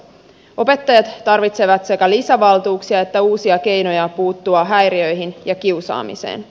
opettajat tarvitsevat sekä lisävaltuuksia että uusia keinoja puuttua häiriöihin ja kiusaamiseen